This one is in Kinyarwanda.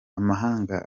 amahanga